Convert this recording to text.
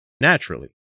naturally